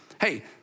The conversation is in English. hey